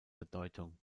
bedeutung